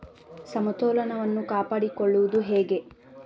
ಸಮತೋಲನವನ್ನು ಕಾಪಾಡಿಕೊಳ್ಳುವುದು ಹೇಗೆ?